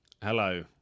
Hello